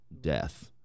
death